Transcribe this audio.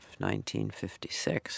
1956